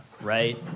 right